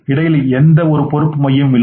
இடையில் எந்தவொரு பொறுப்பு மையமும் இல்லை